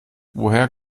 woher